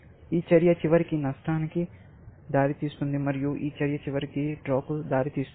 ఈ చర్య చివరికి నష్టానికి దారితీస్తుంది మరియు ఈ చర్య చివరికి డ్రాకు దారితీస్తుంది